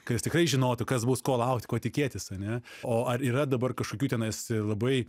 kad jis tikrai žinotų kas bus ko laukti ko tikėtis ane o ar yra dabar kažkokių tenais labai